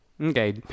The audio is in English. Okay